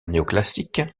néoclassique